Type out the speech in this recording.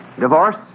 Divorce